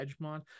edgemont